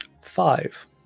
Five